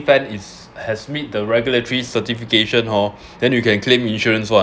fan is has made the regulatory certifications hor then you can claim insurance [what]